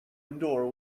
endure